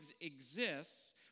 exists